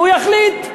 והוא יחליט.